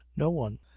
no one!